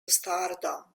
stardom